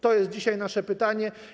To jest dzisiaj nasze pytanie.